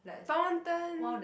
fountain